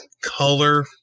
color